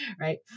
right